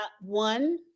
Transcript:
One